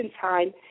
time